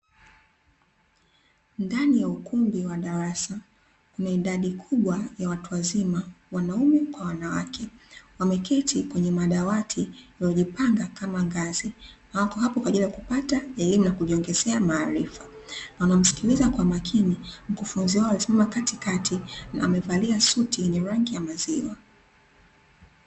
Ndani ya ukumbi wa darasa kuna idadi kubwa ya watu wazima wanaume kwa wanawake, wameketi kwenye madawati yaliyojipanga kama ngazi wapo hapo kwa ajili ya kupata elimu na kujiongezea maarifa wanamsikiliza kwa makini mkufunzi wao aliyesimama katikati na amevalia suti yenye rangi ya maziwa.